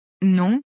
Non